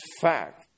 fact